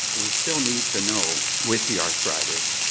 we still need to know with the arthritis,